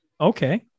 okay